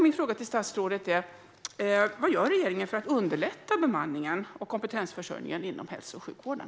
Min fråga till statsrådet är: Vad gör regeringen för att underlätta för bemanningen och kompetensförsörjningen inom hälso och sjukvården?